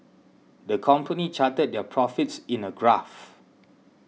the company charted their profits in a graph